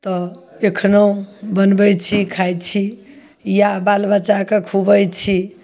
तऽ एखनो बनबय छी खाइ छी या बालबच्चाके खुआबय छी